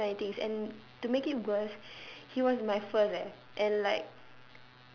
did so many things and to make it worse he was my first eh and like